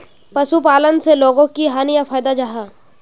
पशुपालन से लोगोक की हानि या फायदा जाहा?